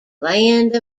land